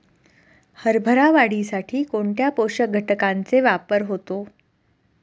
हरभरा वाढीसाठी कोणत्या पोषक घटकांचे वापर होतो?